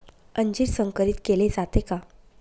अंजीर संकरित केले जाते का?